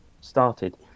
started